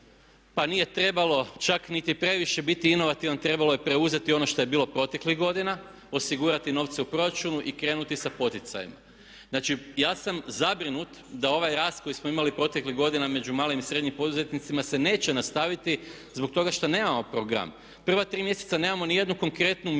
pa nije trebalo čak niti previše biti inovativan, trebalo je preuzeti ono što je bilo proteklih godina, osigurati novce u proračunu i krenuti sa poticajima. Znači, ja sam zabrinut da ovaj rast koji smo imali u proteklih godina između malim i srednjim poduzetnicima se neće nastaviti zbog toga što nemamo program. Prva tri mjeseca nemamo ni jednu konkretnu mjeru